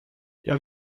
jag